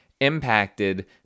impacted